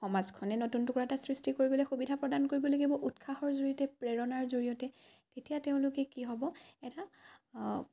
সমাজখনে নতুন টুকুৰা এটা সৃষ্টি কৰিবলৈ সুবিধা প্ৰদান কৰিব লাগিব উৎসাহৰ জৰিয়তে প্ৰেৰণাৰ জৰিয়তে তেতিয়া তেওঁলোকে কি হ'ব এটা